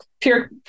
pure